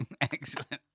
Excellent